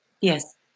Yes